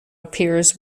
appears